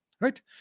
right